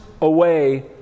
away